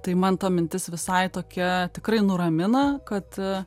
tai man ta mintis visai tokia tikrai nuramina kad